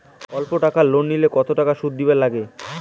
অল্প টাকা লোন নিলে কতো টাকা শুধ দিবার লাগে?